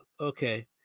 Okay